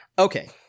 Okay